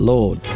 Lord